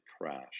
crash